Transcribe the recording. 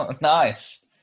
Nice